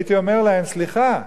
הייתי אומר להם: סליחה,